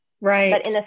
Right